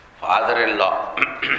Father-in-law